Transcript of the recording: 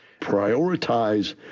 Prioritize